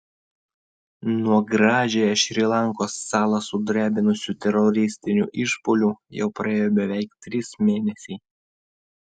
nuo gražiąją šri lankos salą sudrebinusių teroristinių išpuolių jau praėjo beveik trys mėnesiai